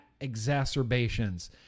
exacerbations